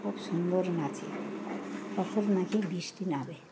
খুব সুন্দর নাচে তখন নাকি বৃষ্টি নামে